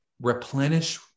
replenish